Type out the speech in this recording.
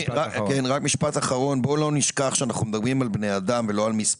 בוא לא נשכח שאנחנו מדברים על בני אדם ולא על מספרים.